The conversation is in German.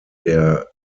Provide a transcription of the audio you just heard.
der